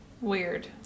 weird